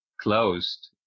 closed